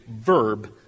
verb